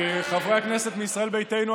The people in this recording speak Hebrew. חברי הכנסת מישראל ביתנו,